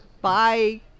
Bye